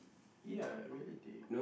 ya reality